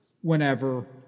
whenever